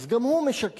אז גם הוא משקר.